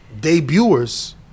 debuters